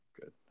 Good